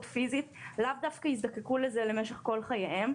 פיזית לאו דווקא יזדקקו לזה למשך כל חייהם.